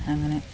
അങ്ങനെ